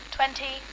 Twenty